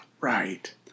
Right